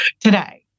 today